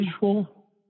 visual